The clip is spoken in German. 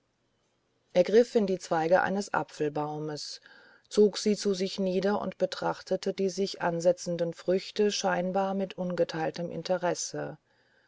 in die zweige eines apfelbaumes zog sie zu sich nieder und betrachtete die sich ansetzenden früchte scheinbar mit ungeteiltem interesse